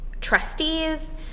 trustees